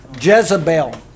Jezebel